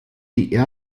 die